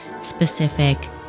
specific